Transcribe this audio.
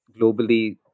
globally